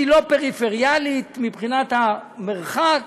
היא לא פריפריאלית מבחינת המרחק,